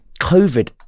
COVID